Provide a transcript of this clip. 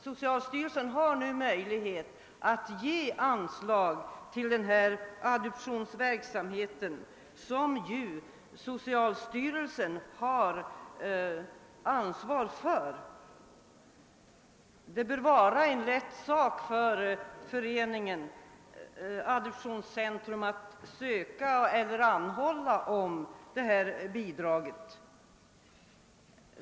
Socialstyrelsen har nu möjlighet att ge anslag till den information om adoptionsverksamheten som socialstyrelsen har ansvar för, och det bör vara en lätt sak för Föreningen Adoptionscentrum att anhålla om bidrag.